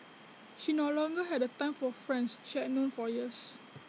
she no longer had the time for friends she had known for years